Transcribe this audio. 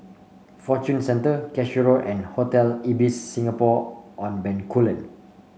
Fortune Centre Cashew Road and Hotel Ibis Singapore On Bencoolen